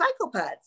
psychopaths